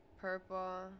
purple